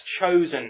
chosen